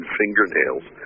fingernails